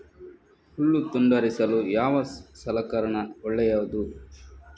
ಹುಲ್ಲು ತುಂಡರಿಸಲು ಯಾವ ಸಲಕರಣ ಒಳ್ಳೆಯದು?